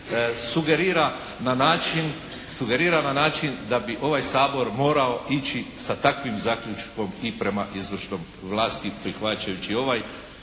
sugerira na način da bi ovaj Sabor morao ići sa takvim zaključkom i prema izvršnoj vlasti prihvaćajući ovo